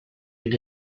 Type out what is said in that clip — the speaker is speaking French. une